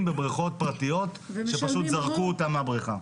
בבריכות פרטיות שפשוט זרקו אותם מהבריכה.